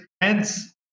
Hence